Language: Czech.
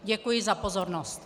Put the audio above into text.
Děkuji za pozornost.